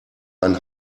ein